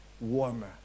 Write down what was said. warmer